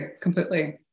completely